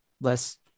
less